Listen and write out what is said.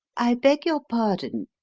i beg your pardon,